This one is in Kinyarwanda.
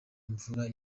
imvura